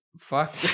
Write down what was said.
fuck